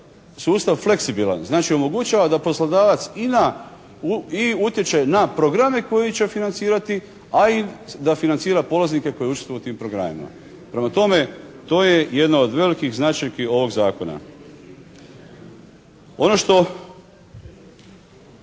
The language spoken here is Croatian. sustav fleksibilan. Znači, omogućava da poslodavac i utječe na programe koje će financirati, a i da financira polaznike koji učestvuju u tim programima. Prema tome, to je jedna od velikih značajki ovoga Zakona. Ono što